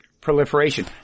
proliferation